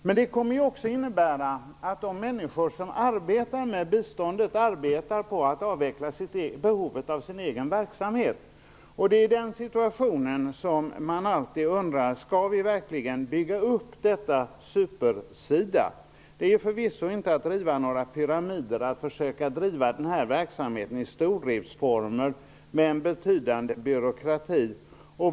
Men det kommer också att innebära att de människor som arbetar med biståndet arbetar på att avveckla behovet av sin egen verksamhet. Det är i den situationen som man alltid undrar: Skall vi verkligen bygga upp detta super-SIDA? Det är förvisso inte att riva några pyramider att försöka driva den här verksamheten i stordriftsformer med en betydande byråkrati.